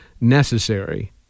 necessary